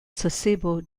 sasebo